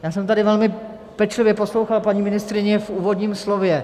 Já jsem tady velmi pečlivě poslouchal paní ministryni v úvodním slově.